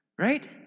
right